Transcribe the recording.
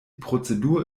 prozedur